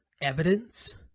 evidence